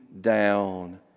down